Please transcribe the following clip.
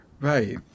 Right